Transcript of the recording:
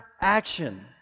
action